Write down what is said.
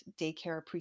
daycare